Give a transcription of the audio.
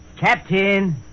captain